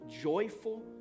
joyful